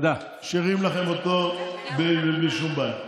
משאירים לכם אותו בלי שום בעיה.